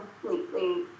completely